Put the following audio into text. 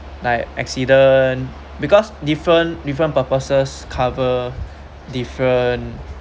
like accident because different different purposes cover different